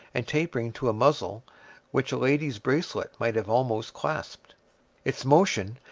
and tapering to a muzzle which a lady's bracelet might have almost clasped its motion,